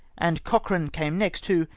and cochkan came next, who,